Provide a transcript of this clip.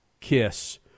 kiss